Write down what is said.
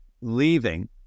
leaving